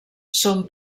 son